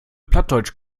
plattdeutsch